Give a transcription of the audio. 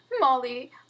molly